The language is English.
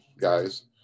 guys